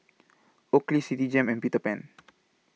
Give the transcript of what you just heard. Oakley Citigem and Peter Pan